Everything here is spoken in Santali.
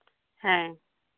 ᱦᱮᱸ